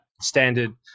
standard